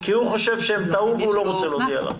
כי הוא חושב שהם טעו ולא רוצה להודיע לך.